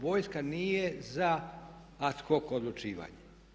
Vojska nije za ad hoc odlučivanja.